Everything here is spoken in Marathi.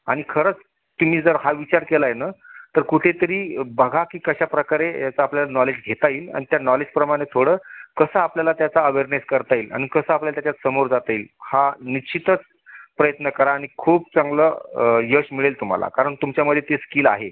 आणि खरंच तिने जर हा विचार केला आहे ना तर कुठेतरी बघा की कशाप्रकारे याचा आपल्याला नॉलेज घेता येईल आणि त्या नॉलेजप्रमाणे थोडं कसं आपल्याला त्याचा अवेअरनेस करता येईल आणि कसं आपल्याला त्याच्यात समोर जाता येईल हा निश्चितच प्रयत्न करा आणि खूप चांगलं यश मिळेल तुम्हाला कारण तुमच्यामध्ये ती स्किल आहे